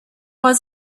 was